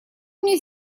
мне